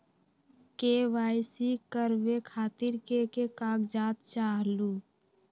KYC करवे खातीर के के कागजात चाहलु?